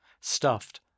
stuffed